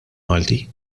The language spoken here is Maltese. malti